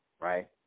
right